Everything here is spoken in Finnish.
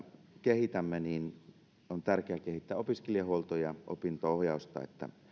kehitämme on tärkeää kehittää opiskelijahuoltoa ja opinto ohjausta niin että